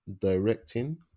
directing